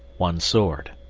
one sword.